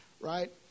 right